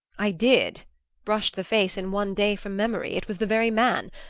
i did brushed the face in one day from memory it was the very man!